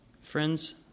Friends